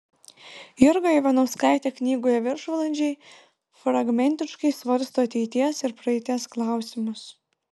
jurga ivanauskaitė knygoje viršvalandžiai fragmentiškai svarsto ateities ir praeities klausimus